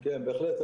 כן, בהחלט.